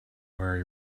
worry